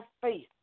faith